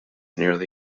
nearly